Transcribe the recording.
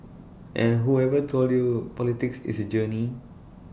and whoever told you politics is A journey